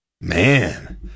Man